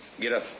get up.